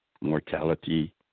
mortality